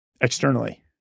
externally